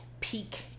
peak